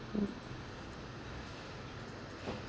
mm